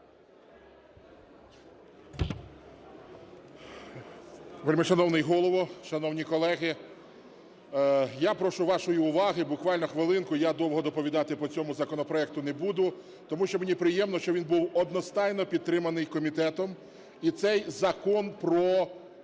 Вельмишановний Голово, шановні колеги, я прошу вашої уваги, буквально хвилинку, я довго доповідати по цьому законопроекту не буду, тому що мені приємно, що він був одностайно підтриманий комітетом і цей закон про